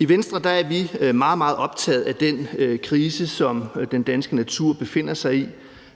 I Venstre er vi meget, meget optaget af den krise, som den danske natur befinder sig i.